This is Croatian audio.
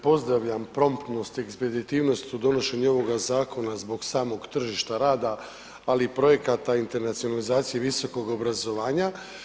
Pozdravljam promptnost i ekspeditivnost u donošenju ovog zakona zbog samog tržišta rada ali i projekata internacionalizacije visokog obrazovanja.